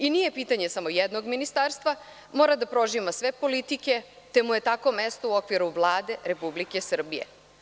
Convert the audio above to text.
I nije pitanje samo jednog ministarstva, mora da prožima sve politike, te mu je tako mesto u okviru Vlade Republike Srbije.